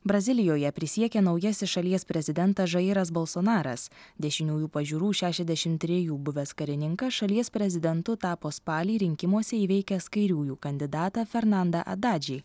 brazilijoje prisiekė naujasis šalies prezidentas žairas balsonaras dešiniųjų pažiūrų šešiasdešimt trejų buvęs karininkas šalies prezidentu tapo spalį rinkimuose įveikęs kairiųjų kandidatą fernandą adadžį